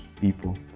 people